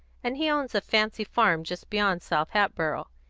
and he owns a fancy farm just beyond south hatboro'.